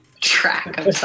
track